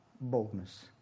boldness